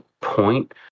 point